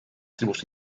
tribus